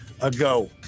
ago